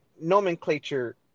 nomenclature